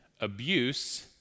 Abuse